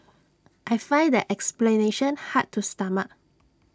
I find that explanation hard to stomach